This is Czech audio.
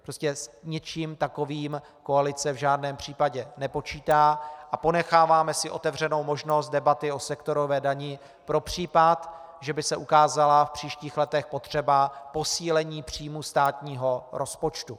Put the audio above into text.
Prostě s něčím takovým koalice v žádném případě nepočítá a ponecháváme si otevřenou možnost debaty o sektorové dani pro případ, že by se ukázala v příštích letech potřeba posílení příjmů státního rozpočtu.